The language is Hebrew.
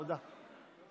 תודה.